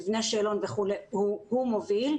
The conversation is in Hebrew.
מבנה שאלון וכולי הוא מוביל,